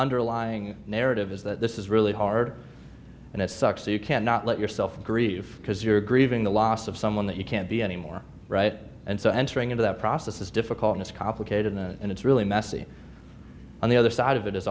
underlying narrative is that this is really hard and it sucks you cannot let yourself grieve because you're grieving the loss of someone that you can't be anymore right and so entering into that process is difficult it's complicated and it's really messy on the other side of it is